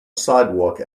sidewalk